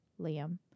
Liam